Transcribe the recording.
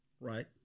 Right